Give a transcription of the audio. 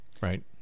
Right